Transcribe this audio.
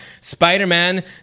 Spider-Man